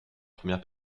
première